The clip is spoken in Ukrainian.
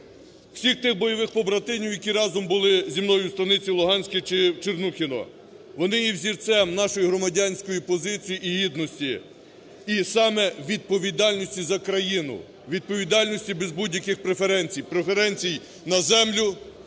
всіх тих бойових побратимів, які разом були зі мною у Cтаниці Луганській чи в Чорнухине. Вони є взірцем нашої громадянської позиції і гідності, і саме відповідальності за країну, відповідальності без будь-яких преференцій, преференцій на землю,